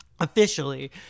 officially